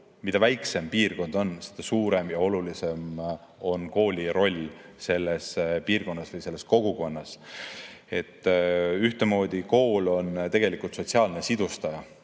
mida väiksem piirkond on, seda suurem ja olulisem on kooli roll selles piirkonnas või selles kogukonnas. Kool on tegelikult sotsiaalne sidustaja.